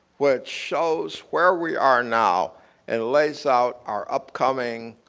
which shows where we are now and lays out our upcoming